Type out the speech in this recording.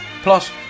plus